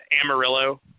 Amarillo